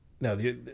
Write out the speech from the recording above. No